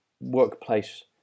workplace